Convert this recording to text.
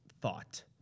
thought